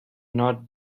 not